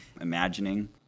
imagining